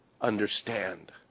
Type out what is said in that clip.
understand